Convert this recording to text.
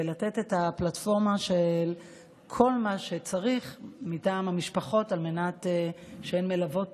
ולתת את הפלטפורמה של כל מה שצריך למשפחות שמלוות